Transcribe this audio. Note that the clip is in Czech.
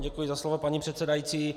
Děkuji za slovo, paní předsedající.